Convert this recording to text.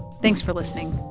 thanks for listening